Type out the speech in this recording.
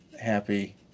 happy